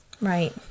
Right